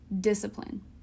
discipline